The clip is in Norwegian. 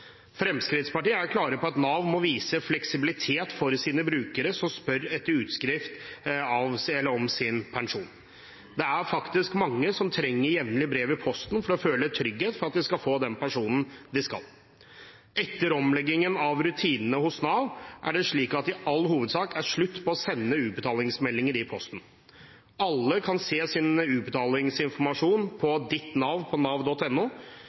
Fremskrittspartiet er klar på at Nav må vise fleksibilitet for dem av sine brukere som spør etter utskrift av, eller om, sin pensjon. Det er faktisk mange som trenger jevnlig brev i posten for å føle trygghet for at de får den pensjonen de skal. Etter omleggingen av rutinene hos Nav er det i all hovedsak slutt på å sende utbetalingsmeldinger i posten. Alle kan se sin utbetalingsinformasjon på Ditt Nav på nav.no. De som ikke kan benytte Ditt Nav,